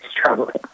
struggling